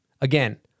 Again